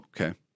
Okay